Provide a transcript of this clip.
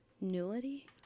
nullity